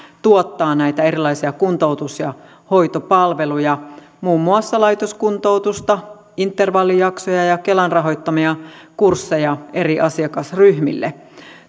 tuottaa näitä erilaisia kuntoutus ja hoitopalveluja muun muassa laitoskuntoutusta intervallijaksoja ja ja kelan rahoittamia kursseja eri asiakasryhmille